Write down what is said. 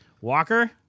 Walker